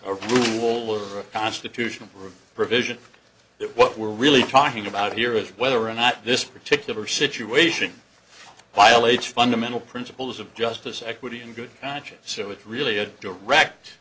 a constitutional provision that what we're really talking about here is whether or not this particular situation violates fundamental principles of justice equity and good conscience so it's really a direct